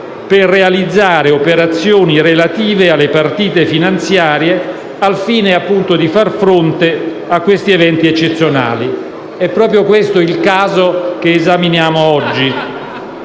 per realizzare operazioni relative alle partite finanziarie, al fine di far fronte agli eventi eccezionali. È proprio questo il caso che esaminiamo oggi.